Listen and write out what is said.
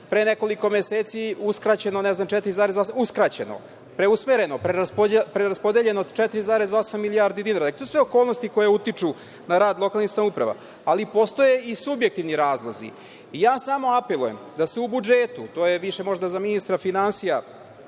pre nekoliko meseci uskraćeno, preusmereno, preraspodeljeno oko 4,8 milijardi dinara. To su sve okolnosti koje utiču na rad lokalnih samouprava. Ali, postoje i subjektivni razlozi. Ja samo apelujem da se u budžetu, to je više možda za ministra finansija,